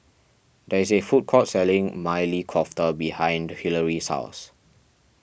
there is a food court selling Maili Kofta behind Hillery's house